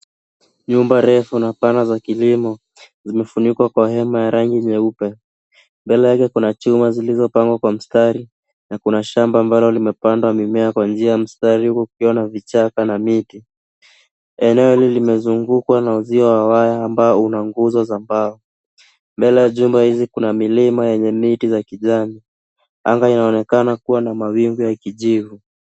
Nyumba refu na pana za kilimo zimefunikwa kwa hema ya rangi nyeupe. Mbele yake kuna chuma zilizopangwa kwa mstari kuna shamba ambalo limepanda mimea kwa njia ya mstari huku kukiwa na vichaka na miti. Eneo hili limezungukwa na uzio wa waya ambao una nguzo za mbao. Mbele ya jumba hizi kuna milima zenye miti ya kijani. Anga inaonekana kuwa na mawingu ya kijivu.